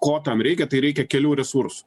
ko tam reikia tai reikia kelių resursų